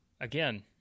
again